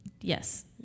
Yes